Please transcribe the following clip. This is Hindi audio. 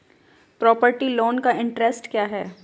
प्रॉपर्टी लोंन का इंट्रेस्ट रेट क्या है?